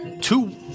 two